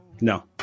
No